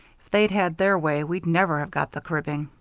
if they'd had their way, we'd never have got the cribbing.